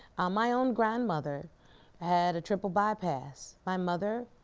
my own grandmother had a triple bypass. my mother,